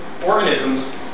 organisms